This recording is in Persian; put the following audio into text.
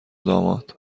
داماد